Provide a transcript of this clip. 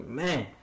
man